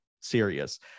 serious